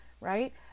right